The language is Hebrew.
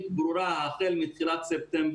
בכל מקצועות ההתמחות,